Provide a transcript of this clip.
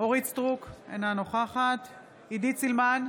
אורית מלכה סטרוק, אינה נוכחת עידית סילמן,